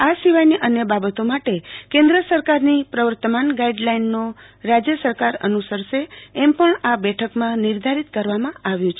આ સિવાયની અન્ય બાબતો માટે કેન્દ્ર સરકાર ની પ્રવર્તમાન ગાઈડ લાઇન્સને રાશ્ય સરકાર અનુસરશે એમ પણ આ બેઠક માં નિર્ધારિત કરવામાં આવ્યું છે